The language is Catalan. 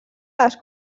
les